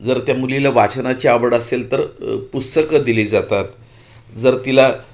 जर त्या मुलीला वाचनाची आवड असेल तर पुस्तकं दिली जातात जर तिला